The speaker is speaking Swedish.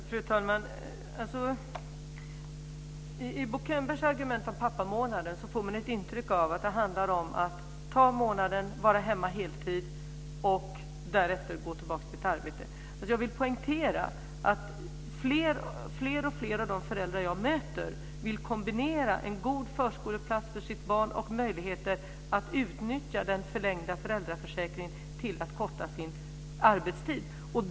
Fru talman! Av Bo Könbergs argument om pappamånaden får man intrycket att det handlar om att ta månaden, vara hemma på heltid och därefter gå tillbaka till sitt arbete. Jag vill poängtera att fler och fler av de föräldrar jag möter vill kombinera en god förskoleplats för sitt barn med möjligheter att utnyttja den förlängda föräldraförsäkringen till att korta sin arbetstid.